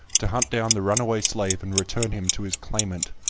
to hunt down the runaway slave and return him to his claimant,